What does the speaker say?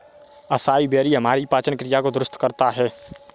acai berry हमारी पाचन क्रिया को दुरुस्त करता है